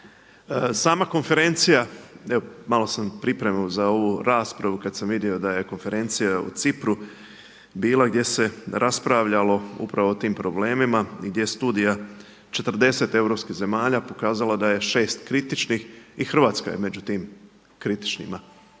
Sama konferencija, evo malo sam …/Govornik se ne razumije./… za ovu raspravu kada sam vidio da je konferencija u Cipru bila gdje se raspravljalo upravo o tim problemima i gdje studija 40 europskih zemalja pokazala da je 6 kritičnih. I Hrvatska je među tim kritičnima.